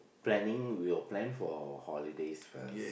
planning we'll plan for holidays first